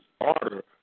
order